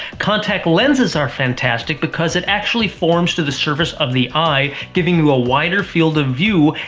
contact lenses are fantastic because it actually forms to the surface of the eye, giving you a wider field of view,